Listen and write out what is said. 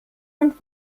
und